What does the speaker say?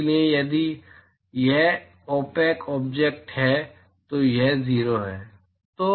इसलिए यदि यह ओपेक ऑब्जेक्ट है तो यह 0 है